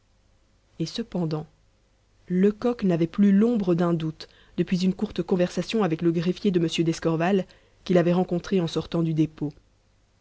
et cependant lecoq n'avait plus l'ombre d'un doute depuis une courte conversation avec le greffier de m d'escorval qu'il avait rencontré en sortant du dépôt